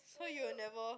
so you'll never